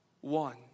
one